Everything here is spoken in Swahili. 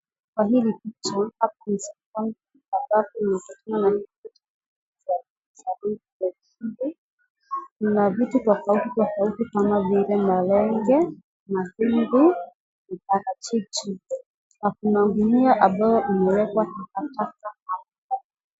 Ina vitu tofauti tofauti kama vile malenge, ndizi na parachichi na kuna gunia imewekwa takataka.